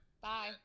Bye